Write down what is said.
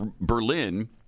Berlin